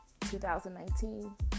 2019